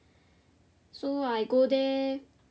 so I go there